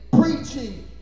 preaching